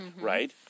right